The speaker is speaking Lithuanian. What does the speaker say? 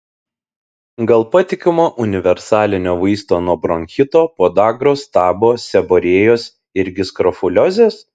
gal patikimo universalinio vaisto nuo bronchito podagros stabo seborėjos irgi skrofuliozės